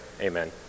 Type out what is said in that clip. amen